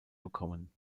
bekommen